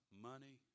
money